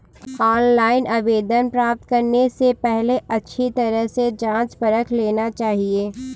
online आवेदन प्राप्त करने से पहले अच्छी तरह से जांच परख लेना चाहिए